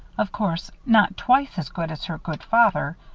of course, not twice as good as her good father,